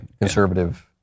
conservative